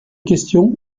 question